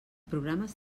programes